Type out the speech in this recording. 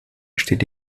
steht